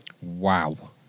wow